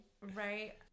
Right